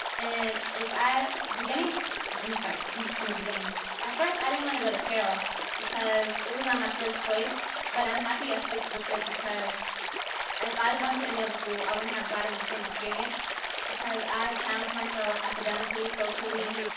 and if i, beginning let me start from the beginning at first i didn't want to go to carroll because it was not my first choice but i'm happy i sticked with it because if i went to any other school i wouldn't have gotten the same experience because i challenged myself academically, socially,